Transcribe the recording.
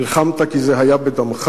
נלחמת כי זה היה בדמך,